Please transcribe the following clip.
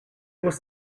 was